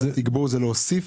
תגבור זה להוסיף?